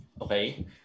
Okay